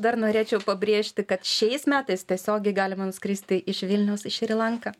dar norėčiau pabrėžti kad šiais metais tiesiogiai galima nuskristi iš vilniaus į šri lanką